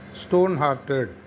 stone-hearted